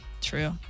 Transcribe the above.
true